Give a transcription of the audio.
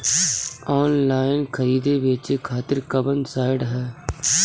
Online खरीदे बेचे खातिर कवन साइड ह?